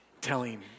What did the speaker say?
telling